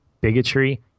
bigotry